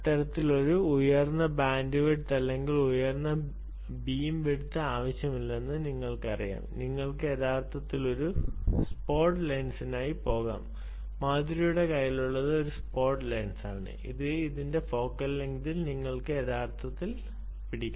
അത്തരമൊരു ഉയർന്ന ബാൻഡ്വിഡ്ത്ത് അല്ലെങ്കിൽ ഉയർന്ന ബീം വിഡ്ത് ആവശ്യമില്ലെന്ന് നിങ്ങൾക്കറിയാം നിങ്ങൾക്ക് യഥാർത്ഥത്തിൽ ഒരു സ്പോട്ട് ലെൻസിനായി പോകാം മാധുരിയുടെ കയ്യിലുള്ളത് ഒരു സ്പോട്ട് ലെൻസാണ് അത് അതിന്റെ ഫോക്കൽ ലെങ്ങ്തിൽ നിങ്ങൾ യഥാർത്ഥത്തിൽ പിടിക്കണം